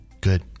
good